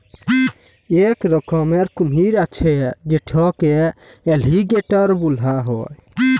ইক রকমের কুমির আছে যেটকে এলিগ্যাটর ব্যলা হ্যয়